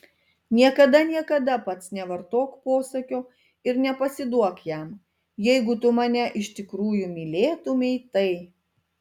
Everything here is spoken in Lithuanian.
niekada niekada pats nevartok posakio ir nepasiduok jam jeigu tu mane iš tikrųjų mylėtumei tai